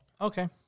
Okay